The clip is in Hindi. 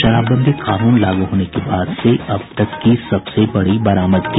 शराबबंदी कानून लागू होने के बाद से अब तक की सबसे बड़ी बरामदगी